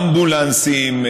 אמבולנסים,